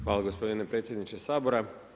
Hvala gospodine predsjedniče Sabora.